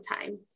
time